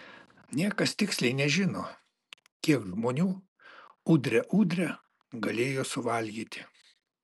niekas tiksliai nežino kiek žmonių udre udre galėjo suvalgyti